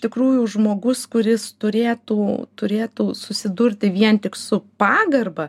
tikrųjų žmogus kuris turėtų turėtų susidurti vien tik su pagarba